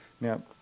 Now